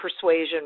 persuasion